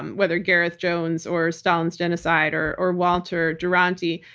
um whether gareth jones or stalin's genocide or or walter duranty.